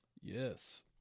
Yes